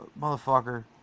Motherfucker